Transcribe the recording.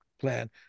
plan